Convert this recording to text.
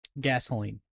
gasoline